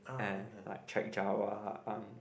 and like Chek-Jawa um